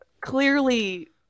clearly